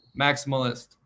Maximalist